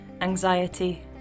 anxiety